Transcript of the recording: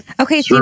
Okay